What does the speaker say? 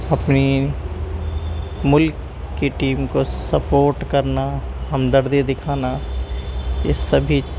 اپنی ملک کی ٹیم کو سپوٹ کرنا ہمدردی دکھانا یہ سبھی